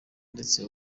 ndetse